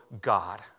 God